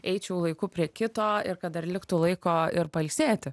eičiau laiku prie kito ir kad dar liktų laiko ir pailsėti